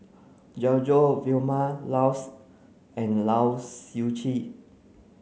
Glen Goei Vilma Laus and Lai Siu Chiu